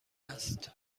است